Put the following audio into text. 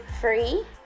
free